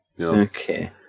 Okay